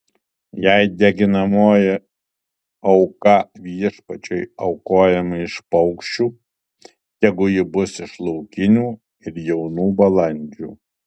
jei deginamoji auka viešpačiui aukojama iš paukščių tegu ji bus iš laukinių ir jaunų balandžių